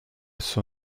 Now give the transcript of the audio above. suo